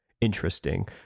interesting